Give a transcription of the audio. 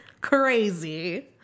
crazy